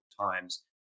times